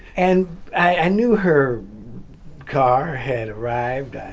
and i knew her car had arrived.